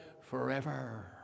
forever